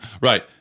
Right